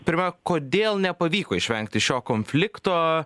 pirma kodėl nepavyko išvengti šio konflikto